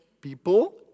people